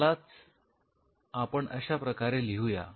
याला आपण अशाप्रकारे लिहूया